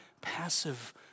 passive